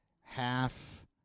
half